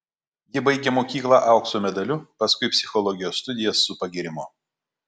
ji baigė mokyklą aukso medaliu paskui psichologijos studijas su pagyrimu